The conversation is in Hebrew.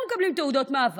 הם היו מקבלים תעודות מעבר,